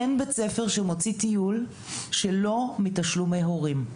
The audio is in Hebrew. אין בית ספר שמוציא טיול שלו מתשלומי הורים.